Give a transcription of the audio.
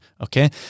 okay